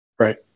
Right